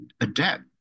adapt